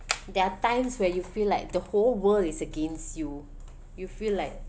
there are times where you feel like the whole world is against you you feel like